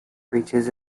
reaches